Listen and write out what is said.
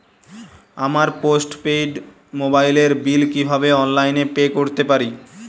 আমার postpaid মোবাইলের bill কীভাবে অনলাইনে পে করতে পারি?